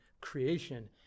creation